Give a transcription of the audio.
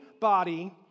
body